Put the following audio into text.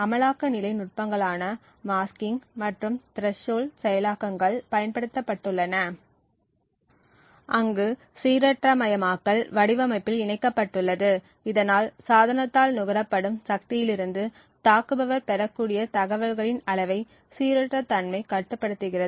அமலாக்க நிலை நுட்பங்களான மாஸ்கிங் மற்றும் த்ரெஷோல்ட் செயலாக்கங்கள் பயன்படுத்தப்பட்டுள்ளன அங்கு சீரற்றமயமாக்கல் வடிவமைப்பில் இணைக்கப்பட்டுள்ளது இதனால் சாதனத்தால் நுகரப்படும் சக்தியிலிருந்து தாக்குபவர் பெறக்கூடிய தகவல்களின் அளவை சீரற்ற தன்மை கட்டுப்படுத்துகிறது